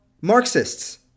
Marxists